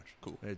Cool